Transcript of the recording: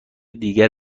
دیگر